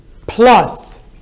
plus